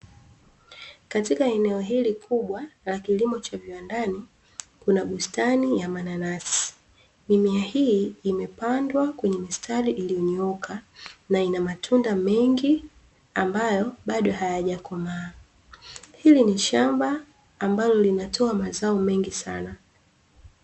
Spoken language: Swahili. Katika eneo hili kubwa la kilimo cha viwandani kuna bustani ya mananasi. Mimea hii imepandwa kwenye mistari iliyonyooka na ina matunda mengi ambayo bado hayajakomaa. Hili ni shamba ambalo linatoa mazao mengi sana.